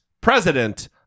president